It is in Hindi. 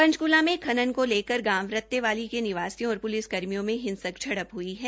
पंचक्ला में खनन को लेकर गांव रतेवाली के निवासियों और प्लिसकर्मियों में हिंसक झड़प हई है